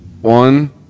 One